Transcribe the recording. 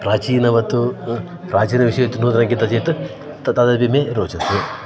प्राचीनवत् प्राचीनविषये तु नूतनगीता चेत् त ततः इमे रोचते